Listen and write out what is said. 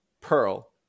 Pearl